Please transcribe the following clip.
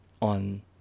on